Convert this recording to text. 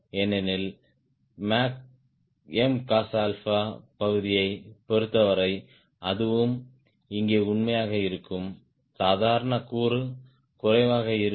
ஏனெனில் 𝑀𝑐𝑜𝑠𝛬 பகுதியைப் பொருத்தவரை அதுவும் இங்கே உண்மையாக இருக்கும் சாதாரண கூறு குறைவாக இருக்கும்